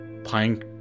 pine